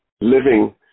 living